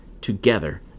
together